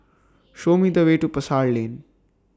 Show Me The Way to Pasar Lane